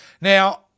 now